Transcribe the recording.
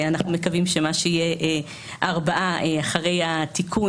ואנחנו מקווים שיישארו רק ארבעה כאלה אחרי התיקון,